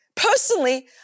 Personally